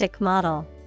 model